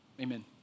Amen